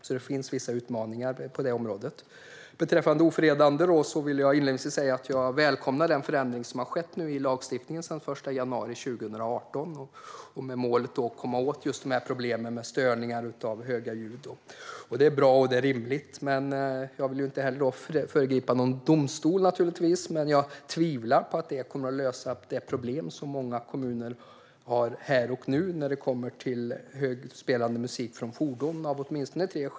Det finns alltså vissa utmaningar på området. Beträffande ofredande vill jag inledningsvis säga att jag välkomnar den förändring som skedde i lagstiftningen den 1 januari 2018 med målet att komma åt problemen med störningar av höga ljud. Det är bra, och det är rimligt. Jag vill naturligtvis inte föregripa någon domstol, men av åtminstone tre skäl tvivlar jag på att detta kommer att lösa det problem som många kommuner har här och nu när det kommer till högspelande musik från fordon.